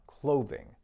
clothing